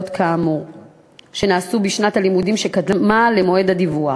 כאמור שנעשו בשנת הלימודים שקדמה למועד הדיווח.